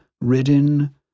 ridden